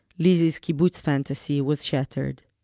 lizzie's kibbutz fantasy was shattered.